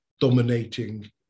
dominating